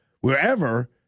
wherever